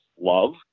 love